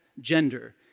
gender